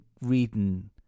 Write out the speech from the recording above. reading